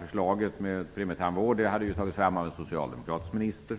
Förslaget om premietandvård hade tagits fram av en socialdemokratisk minister, sade Margareta